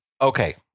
Okay